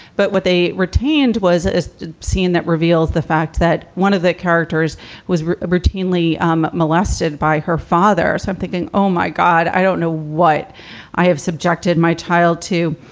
but what they retained was a scene that reveals the fact that one of the characters was routinely um molested by her father so i'm thinking, oh, my god, i don't know what i have subjected my child to.